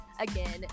again